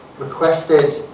Requested